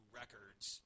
records